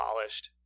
polished